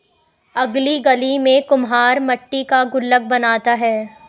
अगली गली में कुम्हार मट्टी का गुल्लक बनाता है